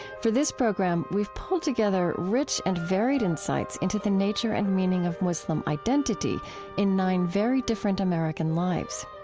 for this program, we've pulled together rich and varied insights into the nature and meaning of muslim identity in nine very different american lives.